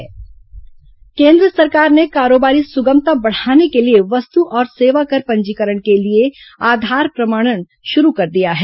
GST Aadhaar प्रमाणन केन्द्र सरकार ने कारोबारी सुगमता बढ़ाने के लिए वस्तु और सेवा कर पंजीकरण के लिए आधार प्रमाणन शुरु कर दिया है